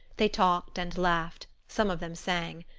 they talked and laughed some of them sang.